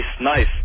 Nice